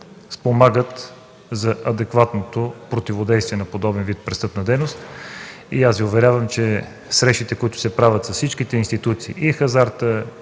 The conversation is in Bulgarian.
спомагат за адекватното противодействие на подобен вид престъпна дейност. Уверявам Ви, че срещите, които се правят с всичките институции – и по хазарта,